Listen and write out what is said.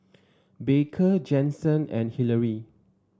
Baker Jensen and Hillary